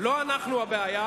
לא אנחנו הבעיה,